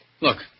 look